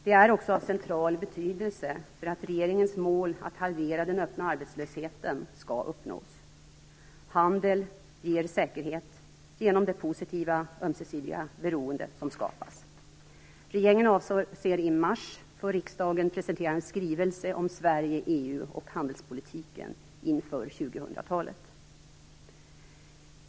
Detta är också av central betydelse för att regeringens mål att halvera den öppna arbetslösheten skall uppnås. Handel ger säkerhet genom det positiva ömsesidiga beroende som skapas. Regeringen avser att i mars för riksdagen presentera en skrivelse om Sverige, EU och handelspolitiken inför 2000-talet.